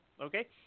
Okay